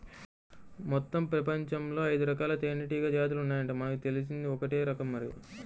మొత్తం పెపంచంలో ఐదురకాల తేనీగల జాతులు ఉన్నాయంట, మనకు తెలిసింది ఒక్కటే రకం మరి